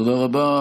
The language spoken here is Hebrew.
תודה רבה.